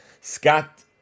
Scott